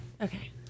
Okay